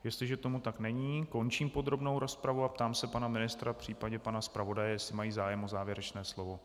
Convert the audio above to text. Jestliže tomu tak není, končím podrobnou rozpravu ptám se pana ministra, případně pana zpravodaje, jestli mají zájem o závěrečné slovo.